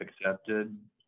accepted